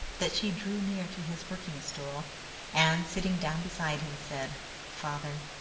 that she drew near to his working-stool, and, sitting down beside him, said father,